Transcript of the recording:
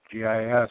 GIS